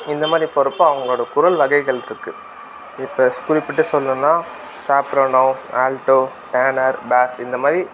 இந்த மாதிரி போறப்போ அவங்களோட குரல் வகைகள் இருக்குது இப்போ குறிப்பிட்டு சொல்லணுன்னால் சாப்ரனோவ் ஆல்ட்டோ டேனர் பேஸ் இந்த மாதிரி